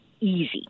easy